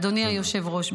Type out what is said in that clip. אדוני היושב-ראש,